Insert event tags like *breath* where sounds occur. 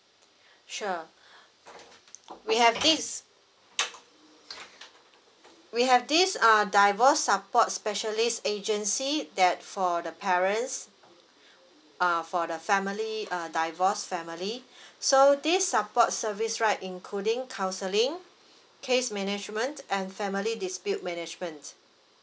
*breath* sure *breath* we have this we have this uh divorce support specialist agency that for the parents uh for the family uh divorced family *breath* so this support service right including counselling case management and family dispute management